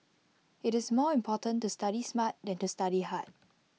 IT is more important to study smart than to study hard